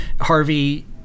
Harvey